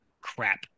crap